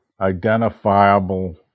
identifiable